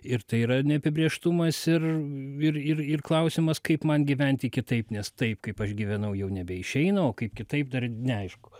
ir tai yra neapibrėžtumas ir ir ir ir klausimas kaip man gyventi kitaip nes taip kaip aš gyvenau jau nebeišeina o kaip kitaip dar neaišku